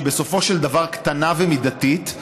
שהיא בסופו של דבר קטנה ומידתית,